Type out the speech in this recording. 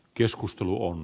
keskustelu on